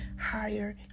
higher